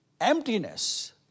Emptiness